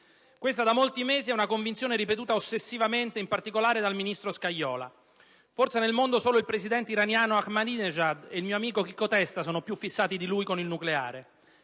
Questa da molti mesi è una convinzione ripetuta ossessivamente, in particolare dal ministro Scajola. Forse nel mondo solo il presidente iraniano Ahmadinejad e il mio amico Chicco Testa sono più fissati di lui con il nucleare.